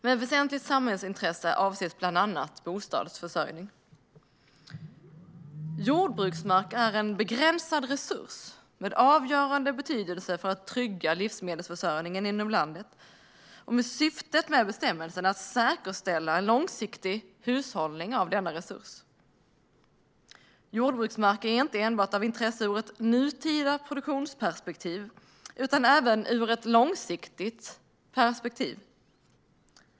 Med väsentligt samhällsintresse avses bland annat bostadsförsörjning. Jordbruksmark är en begränsad resurs med avgörande betydelse för att trygga livsmedelsförsörjningen inom landet, och syftet med bestämmelsen är att säkerställa en långsiktig hushållning med denna resurs. Jordbruksmark är inte enbart av intresse ur ett nutida produktionsperspektiv utan även ur ett långsiktigt perspektiv.